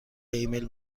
ایمیل